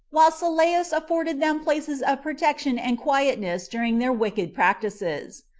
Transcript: while sylleus afforded them places of protection and quietness during their wicked practices.